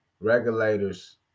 regulators